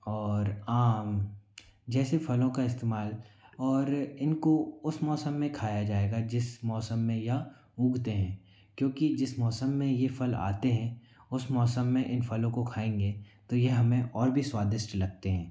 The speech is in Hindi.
और आम जैसे फलों का इस्तेमाल और इनको उस मौसम में खाया जाएगा जिस मौसम में यह उगते हैं क्योंकि जिस मौसम में यह फल आते हैं उस मौसम में इन फलों को खाएंगे तो यह हमें और भी स्वादिष्ट लगते हैं